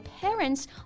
parents